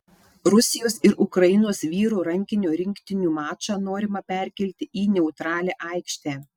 rusijos ir ukrainos vyrų rankinio rinktinių mačą norima perkelti į neutralią aikštę